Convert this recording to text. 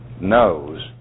knows